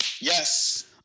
Yes